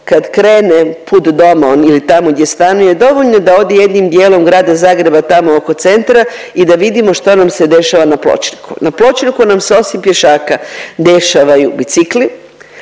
kad krene put doma ili tamo gdje stanuje, dovoljno da one jednim dijelom grada Zagreba tamo oko centra i da vidimo što nam se dešava na pločniku. Na pločniku nam se osim pješaka dešavaju bicikli,